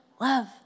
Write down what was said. love